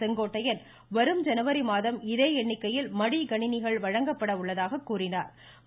செங்கோட்டையன் வரும் ஜனவரி மாதம் இதே எண்ணிக்கையில் மடிகணினிகள் வழங்கப்பட உள்ளதாக கூறினாா்